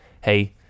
hey